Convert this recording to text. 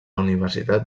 universitat